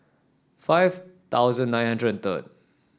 five thousand nine hundred and third